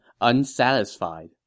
unsatisfied